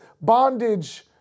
bondage